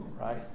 right